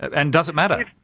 and does it matter?